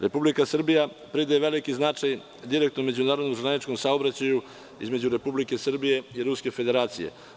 Republika Srbija pridaje veliki značaj direktno međunarodnom železničkom saobraćaju između Republike Srbije i Ruske Federacije.